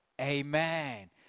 Amen